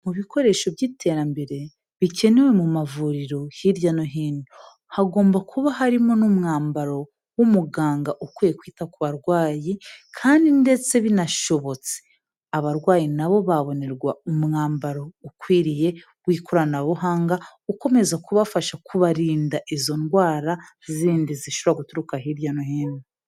Mu bikoresho by'iterambere bikenewe mu mavuriro hirya no hino, hagomba kuba harimo n'umwambaro w'umuganga ukwiye kwita ku barwayi. Kandi ndetse binashobotse abarwayi na bo babonerwa umwambaro ukwiriye w'ikoranabuhanga, ukomeza kubafasha kubarinda izo ndwara zindi zishobora guturuka hirya no hino.